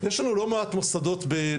שיש לנו לא מעט מוסדות נגיד,